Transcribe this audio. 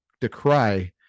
decry